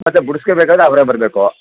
ಆದರೆ ಬಿಡ್ಸ್ಕೋ ಬೇಕಾರೆ ಅವರೇ ಬರಬೇಕು